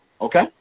Okay